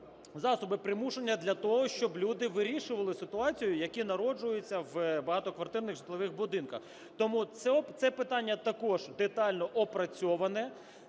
засоби примушення для того, щоб люди вирішували ситуації, які народжуються у багатоквартирних житлових будинках. Тому це питання також детально опрацьоване,